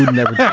yeah never that.